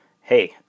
hey